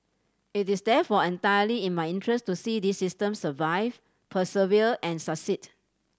it is therefore entirely in my interest to see this system survive persevere and succeed